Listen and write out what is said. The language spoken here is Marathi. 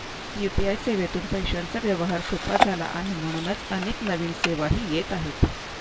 यू.पी.आय सेवेतून पैशांचा व्यवहार सोपा झाला आणि म्हणूनच अनेक नवीन सेवाही येत आहेत